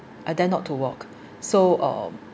I dare not to walk so um